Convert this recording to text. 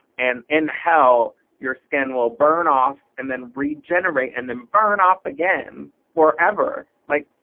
and in hell your skin will burn off and then regenerate and then burn off again forever. like